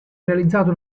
realizzato